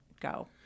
go